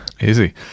Easy